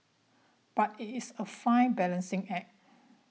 but it is a fine balancing act